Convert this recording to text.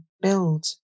build